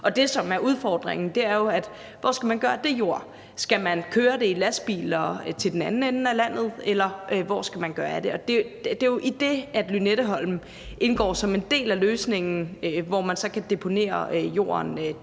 Og det, som er udfordringen, er jo: Hvor skal man gøre af den jord? Skal man køre den i lastbiler til den anden ende af landet, eller hvor skal man gøre af den? Og det er jo i det, Lynetteholmen indgår som en del af løsningen, hvor man så kan deponere jorden dér. Så oplysninger om, at